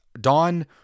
Dawn